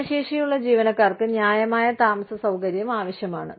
ഭിന്നശേഷിയുള്ള ജീവനക്കാർക്ക് ന്യായമായ താമസസൌകര്യം ആവശ്യമാണ്